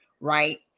right